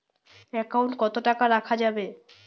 Account কত টাকা রাখা যাবে?